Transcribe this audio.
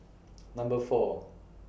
Number four